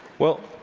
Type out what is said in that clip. well,